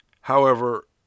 However